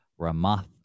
ramath